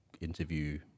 interview